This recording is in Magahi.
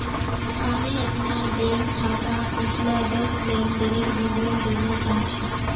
हामी अपनार बैंक खाताक पिछला दस लेनदनेर विवरण जनवा चाह छि